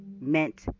meant